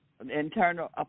Internal